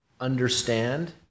understand